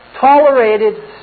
tolerated